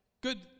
Good